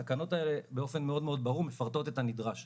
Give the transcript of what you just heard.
התקנות האלה באופן מאוד מאוד ברור מפרטות את הנדרש,